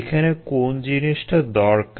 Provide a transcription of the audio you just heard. এখানে কোন জিনিসটা দরকার